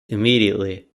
immediately